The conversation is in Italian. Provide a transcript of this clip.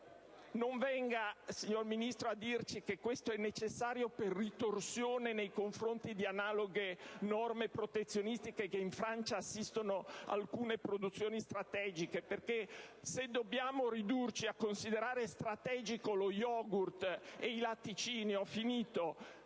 Non venga, signor Ministro, a dirci che questo è necessario per esigenze di ritorsioni nei confronti di analoghe norme protezionistiche che in Francia assistono alcune produzioni considerate "strategiche": perché se dobbiamo ridurci a considerare "strategico" lo yogurt e i latticini, allora